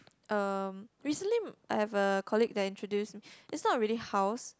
um recently I have a colleague that introduced me it's not really house